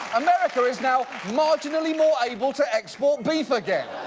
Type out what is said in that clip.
america is now marginally more able to export beef again!